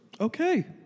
Okay